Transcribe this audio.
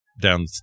down